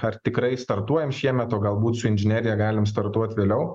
ar tikrai startuojam šiemet o galbūt su inžinerija galim startuot vėliau